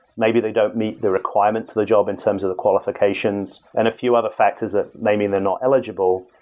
maybe they don't meet the requirements of the job in terms of the qualifications and a few other factors that maybe they're not eligible.